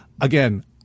again